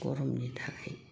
गरमनि थाखाय